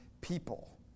people